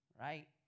Right